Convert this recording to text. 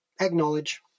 acknowledge